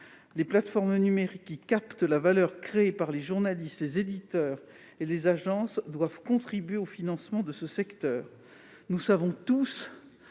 Les plateformes numériques qui captent la valeur créée par les journalistes, les éditeurs et les agences doivent contribuer au financement de ce secteur. Nous savons tous